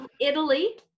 Italy